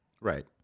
Right